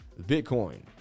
Bitcoin